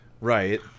Right